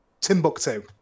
Timbuktu